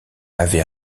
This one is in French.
avait